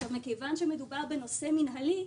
מכיוון שמדובר בנושא מינהלי,